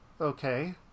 Okay